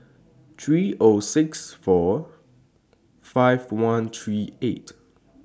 three Zero six four five one three eight